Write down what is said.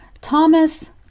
Thomas